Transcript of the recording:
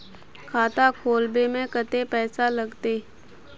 खाता खोलबे में कते पैसा लगते?